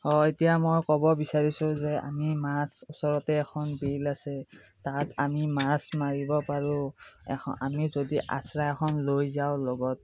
হয় এতিয়া মই ক'ব বিচাৰিছোঁ যে আমি মাছ ওচৰতে এখন বিল আছে তাত আমি মাছ মাৰিব পাৰোঁ এখন আমি যদি আচৰা এখন লৈ যাওঁ লগত